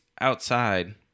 outside